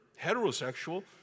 heterosexual